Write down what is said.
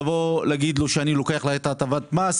להגיד שאנחנו לוקחים לו את הטבת המס